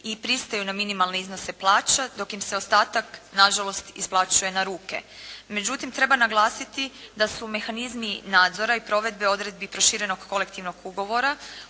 i pristaju na minimalne iznose plaća dok im se ostatak nažalost isplaćuje na ruke. Međutim, treba naglasiti da su mehanizmi nadzora i provedbe odredbi proširenog kolektivnog ugovora